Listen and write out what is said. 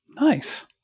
Nice